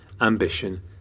ambition